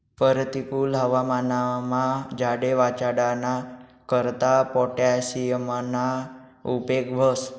परतिकुल हवामानमा झाडे वाचाडाना करता पोटॅशियमना उपेग व्हस